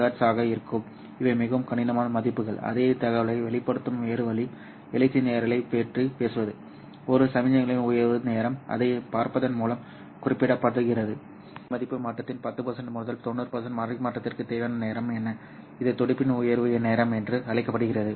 5GHz ஆக இருக்கும் இவை மிகவும் கடினமான மதிப்புகள் அதே தகவலை வெளிப்படுத்தும் வேறு வழி எழுச்சி நேரத்தைப் பற்றி பேசுவது சரி ஒரு சமிக்ஞையின் உயர்வு நேரம் அதைப் பார்ப்பதன் மூலம் குறிப்பிடப்படுகிறது இறுதி மதிப்பு மாற்றத்தின் 10 முதல் 90 பரிமாற்றத்திற்குத் தேவையான நேரம் என்ன இது துடிப்பின் உயர்வு நேரம் என்று அழைக்கப்படுகிறது